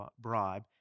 bribe